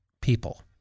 people